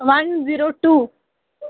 one zero two